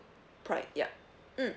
pri~ ya mm